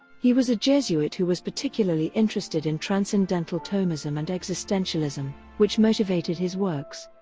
he was a jesuit who was particularly interested in transcendental thomism and existentialism, which motivated his works.